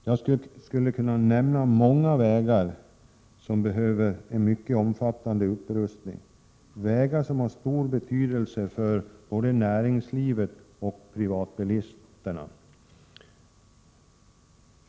Jag skulle kunna nämna många vägar som behöver en mycket omfattande upprustning, vägar som har stor betydelse för både näringslivet och privatbilisterna.